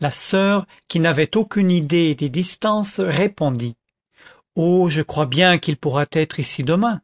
la soeur qui n'avait aucune idée des distances répondit oh je crois bien qu'il pourra être ici demain